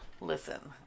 Listen